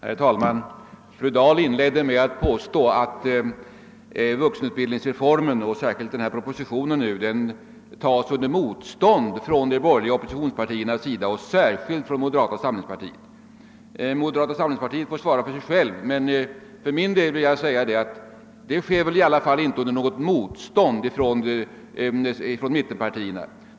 Herr talman! Fru Dahl inledde sitt anförande med att påstå att vuxenutbildningsreformen och särskilt denna proposition biträds under motstånd från de borgerliga oppositionspartierna, speciellt från moderata samlingspartiet. Moderata samlingspartiet får svara för sig självt, men det är i alla fall inte fråga om något motstånd från mittenpartierna.